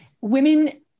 women